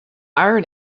iron